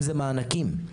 מענקים,